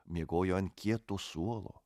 miegojo ant kieto suolo